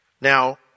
Now